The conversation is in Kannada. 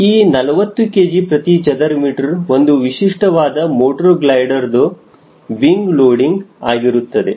ಈ 40 kgm2 ಒಂದು ವಿಶಿಷ್ಟವಾದ ಮೋಟರ್ ಗ್ಲೈಡರ್ ದ ವಿಂಗ ಲೋಡಿಂಗ್ ಆಗಿರುತ್ತದೆ